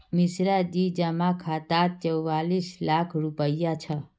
मिश्राजीर जमा खातात चौवालिस लाख रुपया छ